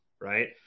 right